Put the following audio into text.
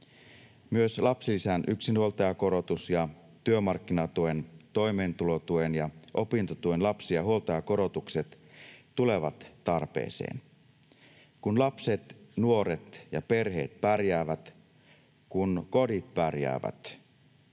Myös lapsilisän yksinhuoltajakorotus ja työmarkkinatuen, toimeentulotuen ja opintotuen lapsi- ja huoltajakorotukset tulevat tarpeeseen. Kun lapset, nuoret ja perheet pärjäävät, kun kodit pärjäävät,